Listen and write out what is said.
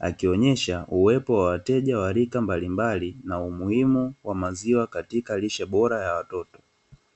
Akionyesha uwepo wa wateja wa rika mbalimbali na umuhimu wa maziwa katika lishe bora ya watoto.